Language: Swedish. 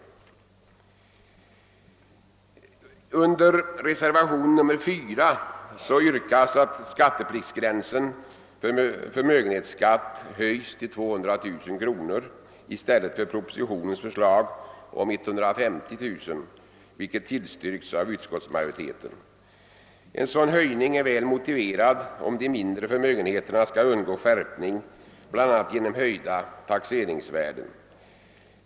I reservationen 4 yrkas att skattepliktsgränsen för förmögenhetsskatt höjs till 200 000 kr. i stället för 150 000 kr., som föreslagits i propositionen och tillstyrkts av utskottsmajoriteten. En sådan höjning är väl motiverad om de mindre förmögenheterna skall undgå skärpning bl.a. genom höjda taxeringsvärden.